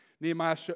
Nehemiah